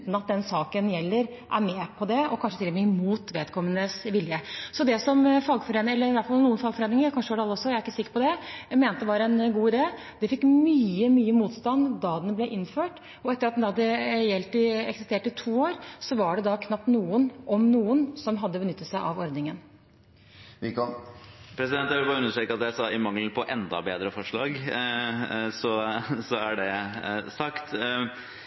at den saken gjelder, er med på det, og kanskje til og med imot vedkommendes vilje. Det som noen fagforeninger – kanskje var det alle, jeg er ikke sikker på det – mente var en god idé, fikk mye, mye motstand da den ble innført, og etter at den hadde eksistert i to år, var det knapt noen – om noen – som hadde benyttet seg av ordningen. Jeg vil bare understreke at jeg sa «i mangel på enda bedre forslag». Så er det sagt.